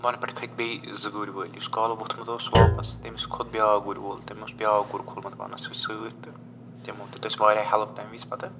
بۄنہٕ پٮ۪ٹھ کھٔتۍ بیٚیہِ زٕ گُرۍ وٲلۍ یُس کالہٕ وۄتھمُت اوس واپَس تٔمِس کھوٚت بیٛاکھ گُرِ وول تٔمۍ اوس بیٛاکھ گُر کھولمُت پانَس سۭتۍ سۭتۍ تہٕ تِمو دیُت اَسہِ واریاہ ہٮ۪لٕپ تَمہِ وِز پَتہٕ